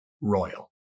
royal